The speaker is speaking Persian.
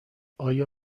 آیا